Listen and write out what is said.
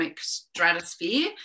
stratosphere